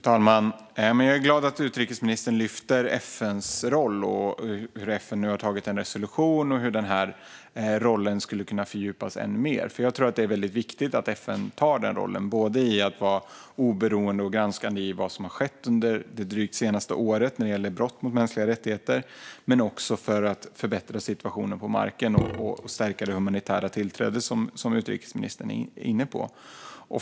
Fru talman! Jag är glad att utrikesministern lyfter fram FN:s roll, att FN nu har antagit en resolution och hur den rollen skulle kunna fördjupas ännu mer. Det är väldigt viktigt att FN tar den rollen att vara oberoende och granskande i vad som har skett det drygt senaste året när det gäller brott mot mänskliga rättigheter. Men det gäller också för att förbättra situationen på marken och stärka det humanitära tillträdet, som utrikesministern är inne på.